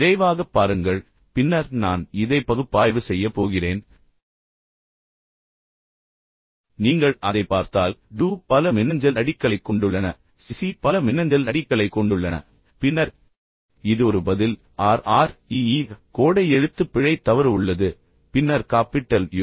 விரைவாகப் பாருங்கள் பின்னர் நான் இதை பகுப்பாய்வு செய்யப் போகிறேன் நீங்கள் அதைப் பார்த்தால் டூ பல மின்னஞ்சல் ஐடீக்களை கொண்டுள்ளன சிசி பல மின்னஞ்சல் ஐடீக்களை கொண்டுள்ளன பின்னர் இது ஒரு பதில் R R e e பின்னர் கோடை எழுத்துப்பிழை தவறு உள்ளது பின்னர் காப்பிட்டல் u க்கள்